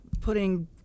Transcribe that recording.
putting